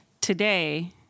today